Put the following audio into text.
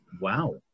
wow